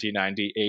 1998